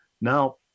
Now